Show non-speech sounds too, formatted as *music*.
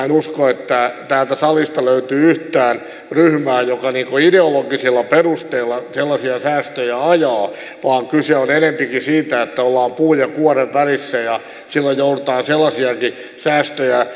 *unintelligible* en usko että täältä salista löytyy yhtään ryhmää joka ideologisilla perusteilla ajaa sellaisia säästöjä niitä jotka tämmöisen keskustelun kohteeksi tulevat vaan kyse on enempikin siitä että ollaan puun ja kuoren välissä ja silloin joudutaan sellaisiakin säästöjä